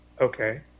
okay